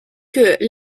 que